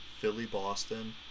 Philly-Boston